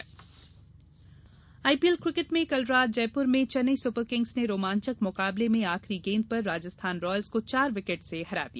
IPL IPL cricket में कल रात जयपुर में चेन्नई सुपर किंग्स ने रोमांचक मुकाबले में आखिरी गेंद पर राजस्थान रॉयल्स को चार विकेट से हराया